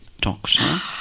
doctor